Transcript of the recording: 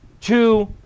Two